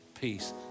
peace